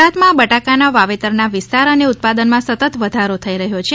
ગુજરાતમાં બટાકાના વાવેતરના વિસ્તાર અને ઉત્પાદનમાં સતત વધારો થઇ રહ્યો છે